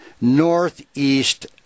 Northeast